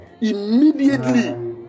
immediately